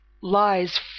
lies